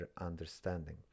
understanding